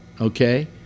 okay